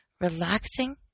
Relaxing